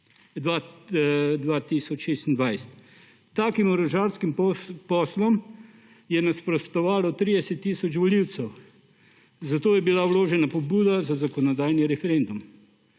Takim orožarskim poslom je nasprotovalo 30 tisoč volivcev, zato je bila vložena pobuda za zakonodajni referendum.